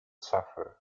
suffer